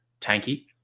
tanky